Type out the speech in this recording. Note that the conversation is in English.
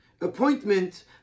appointment